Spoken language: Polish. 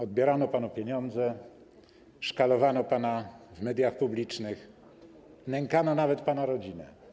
Odbierano panu pieniądze, szkalowano pana w mediach publicznych, nękano nawet pana rodzinę.